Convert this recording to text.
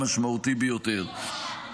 משמעותי ביותר.